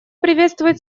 приветствует